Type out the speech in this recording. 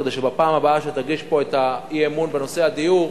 כדי שבפעם הבאה שתגיש פה את האי-אמון בנושא הדיור,